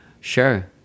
Sure